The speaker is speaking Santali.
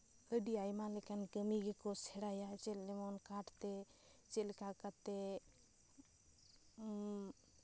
ᱟᱹᱰᱤ ᱟᱭᱢᱟ ᱞᱮᱠᱟᱱ ᱠᱟᱹᱢᱤ ᱜᱮᱠᱚ ᱥᱮᱬᱟᱭᱟ ᱡᱮᱢᱚᱱ ᱠᱟᱴᱷᱛᱮ ᱪᱮᱫ ᱞᱮᱠᱟ ᱠᱟᱛᱮᱜ ᱩᱜ